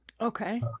Okay